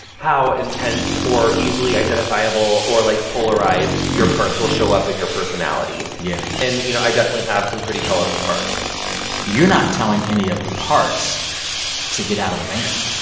how intense or easily identifiable or, like, polarized your parts will show up in your personality yeah and you know, i definitely have some pretty colorful parts you're not telling any of the parts to get out of the van.